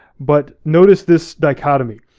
but notice this dichotomy,